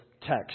text